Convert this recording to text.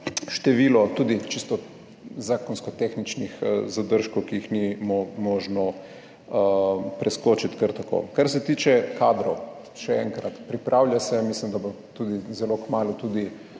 število tudi čisto zakonsko-tehničnih zadržkov, ki jih ni možno preskočiti kar tako. Kar se tiče kadrov. Še enkrat, pripravlja se, mislim, da bo tudi zelo kmalu tudi